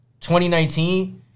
2019